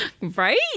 Right